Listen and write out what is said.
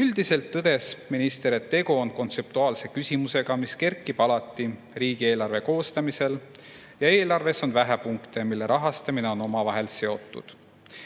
Üldiselt tõdes minister, et tegu on kontseptuaalse küsimusega, mis kerkib alati riigieelarve koostamisel, ja eelarves on vähe punkte, mille rahastamine on omavahel seotud.